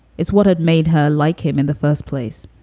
it's what had made her like him in the first place,